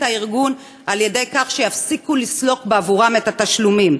הארגון על-ידי כך שיפסיקו לסלוק בעבורם את התשלומים.